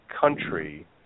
country